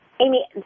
Amy